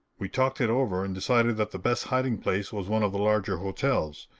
we talked it over and decided that the best hiding place was one of the larger hotels.